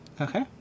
Okay